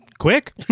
quick